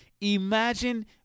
Imagine